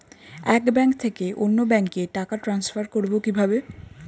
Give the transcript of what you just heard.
এক ব্যাংক থেকে অন্য ব্যাংকে টাকা ট্রান্সফার করবো কিভাবে?